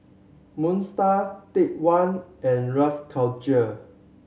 Moon Star Take One and Rough Culture